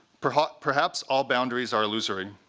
perhaps perhaps all boundaries are illusory,